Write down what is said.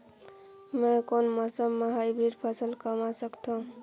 मै कोन मौसम म हाईब्रिड फसल कमा सकथव?